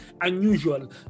unusual